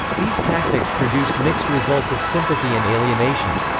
these tactics produced mixed results of sympathy and alienation.